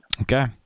Okay